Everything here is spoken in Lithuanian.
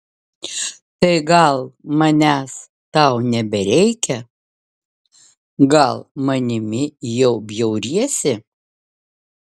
tai gal manęs tau nebereikia gal manimi jau bjauriesi